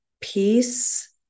Peace